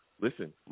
Listen